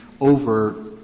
over